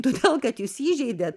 todėl kad jūs įžeidėt